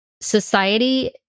Society